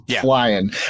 flying